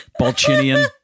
Balchinian